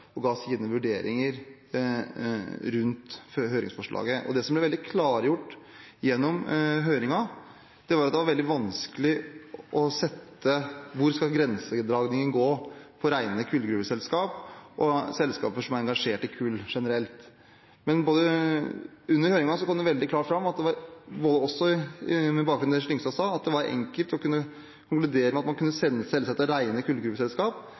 og ga sine vurderinger rundt høringsforslaget. Det som ble gjort veldig klart gjennom høringen, var at det var veldig vanskelig å sette grensen mellom rene kullgruveselskaper og selskaper som er engasjert i kull generelt. Under høringen kom det veldig klart fram at det – også med bakgrunn i det Yngve Slyngstad sa – var enkelt å kunne konkludere med at man kunne selge seg ut av rene kullgruveselskap.